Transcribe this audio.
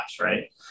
right